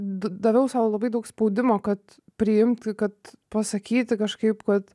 d daviau sau labai daug spaudimo kad priimt kad pasakyti kažkaip kad